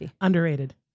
underrated